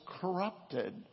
corrupted